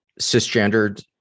cisgendered